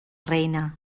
reina